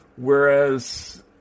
Whereas